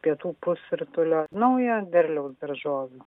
pietų pusrutulio naujo derliaus daržovių